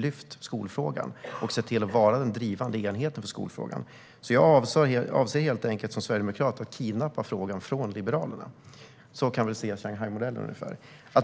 lyft fram skolfrågan och varit den drivande enheten för den, fru talman. Jag avser alltså helt enkelt att som sverigedemokrat kidnappa frågan från Liberalerna. Ungefär så kan vi väl se Shanghaimodellen.